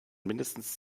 mindestens